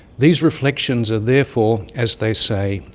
these reflections are therefore, as they say,